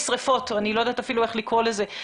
שריפות או אני אפילו לא יודעת איך לקרוא לזה.